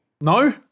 No